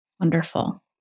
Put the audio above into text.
Wonderful